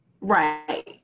Right